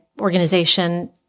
organization